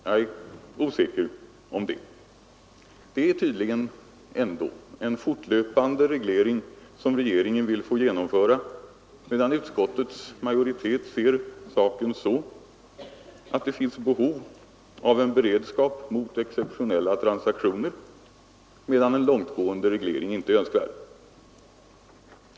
Jag tror inte det. Regeringen vill tydligen genomföra en fortlöpande reglering. Utskottets majoritet ser däremot saken så att det finns behov av en beredskap mot exceptionella transaktioner, medan en långtgående reglering inte är önskvärd.